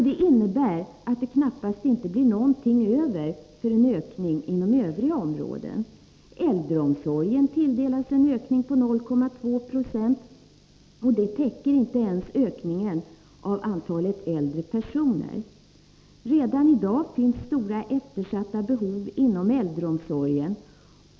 Detta innebär att det knappast blir något över för en ökning inom övriga områden. Äldreomsorgen tilldelas en ökning med 0,2 90. Detta täcker inte ens ökningen av antalet äldre personer. Redan i dag finns stora eftersatta behov inom äldreomsorgen.